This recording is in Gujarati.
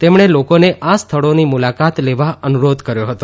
તેમણે લોકોને આ સ્થળોની મુલાકાત લેવા અનુરોધ કર્યો હતો